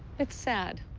it's sad.